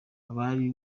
abari